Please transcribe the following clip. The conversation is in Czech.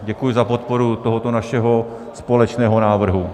Děkuji za podporu tohoto našeho společného návrhu.